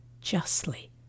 justly